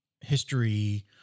history